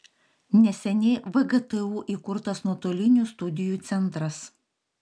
neseniai vgtu įkurtas nuotolinių studijų centras